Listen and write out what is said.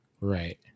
right